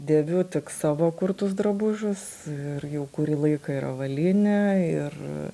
dėviu tik savo kurtus drabužius ir jau kurį laiką ir avalynę ir